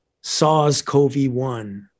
SARS-CoV-1